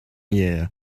yeah